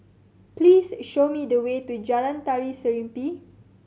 please show me the way to Jalan Tari Serimpi